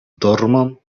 dormon